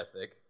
ethic